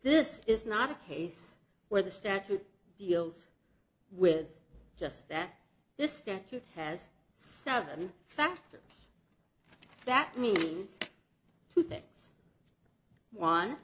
this is not a case where the statute deals with just that this statute has seventy factors that mean two things one